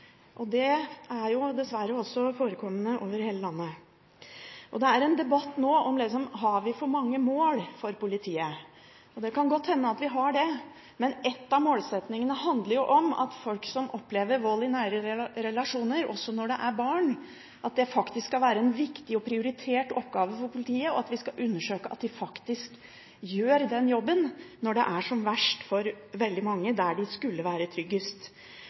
dessverre over hele landet. Det er en debatt nå om hvorvidt vi har satt for mange mål for politiet – det kan godt hende vi har det. Men en av målsettingene handler om at folk som opplever vold i nære relasjoner, også der det er barn, skal være en viktig og prioritert oppgave for politiet, og om at vi skal undersøke om politiet gjør denne jobben når det er som verst for veldig mange der de skulle være tryggest.